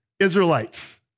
Israelites